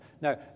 Now